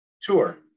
tour